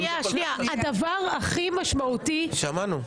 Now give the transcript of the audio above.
הדבר הכי משמעותי -- שמענו.